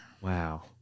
wow